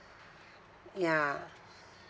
yeah